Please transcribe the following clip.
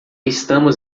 estamos